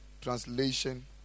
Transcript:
translation